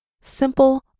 Simple